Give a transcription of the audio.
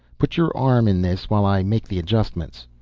put your arm in this while i make the adjustments.